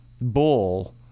bull